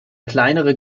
kleinere